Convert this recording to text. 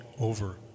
over